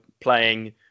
playing